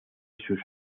sus